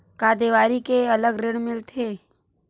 का देवारी के अलग ऋण मिलथे?